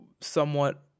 somewhat